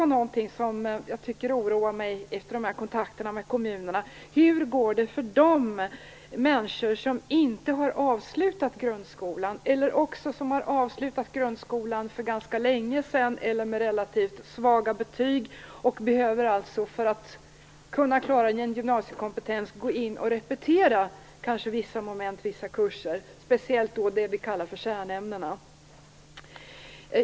Någonting som oroar mig efter kontakterna med kommunerna är hur det går för de människor som inte har avslutat grundskolan eller som har avslutat grundskolan för ganska länge sedan eller med relativt svaga betyg. De behöver för att klara en gymnasiekompetens kanske repetera vissa moment och vissa kurser, speciellt i det som vi kallar kärnämnena.